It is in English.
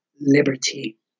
Liberty